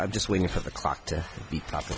i'm just waiting for the clock to be proper